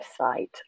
website